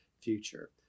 future